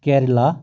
Kerala